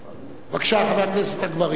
בבקשה, חבר הכנסת אגבאריה.